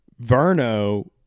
Verno